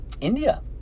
India